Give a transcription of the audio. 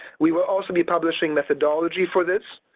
we will also be publishing methodology for this,